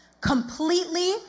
completely